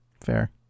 Fair